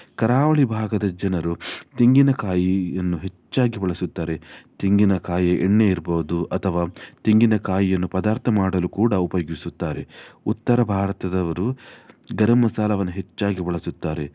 ಕರಾವಳಿ ಭಾಗದ ಜನರು ತೆಂಗಿನಕಾಯಿಯನ್ನು ಹೆಚ್ಚಾಗಿ ಬಳಸುತ್ತಾರೆ ತೆಂಗಿನಕಾಯಿ ಎಣ್ಣೆ ಇರ್ಬೋದು ಅಥವಾ ತೆಂಗಿನಕಾಯಿಯನ್ನು ಪದಾರ್ಥ ಮಾಡಲು ಕೂಡ ಉಪಯೋಗಿಸುತ್ತಾರೆ ಉತ್ತರ ಭಾರತದವರು ಗರಮ್ ಮಸಾಲವನ್ನು ಹೆಚ್ಚಾಗಿ ಬಳಸುತ್ತಾರೆ